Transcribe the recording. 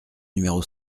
numéro